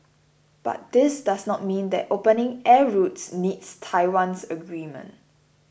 but this does not mean that opening air routes needs Taiwan's agreement